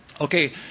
Okay